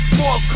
more